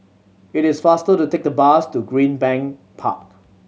it is faster to take the bus to Greenbank Park